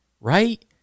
right